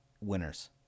winners